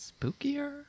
spookier